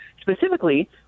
Specifically